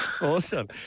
Awesome